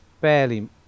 barely